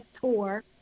Tour